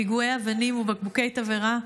פיגועי אבנים ובקבוקי תבערה,